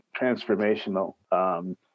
transformational